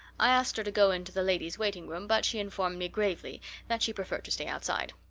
i asked her to go into the ladies' waiting room, but she informed me gravely that she preferred to stay outside.